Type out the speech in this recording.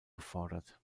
gefordert